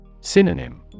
Synonym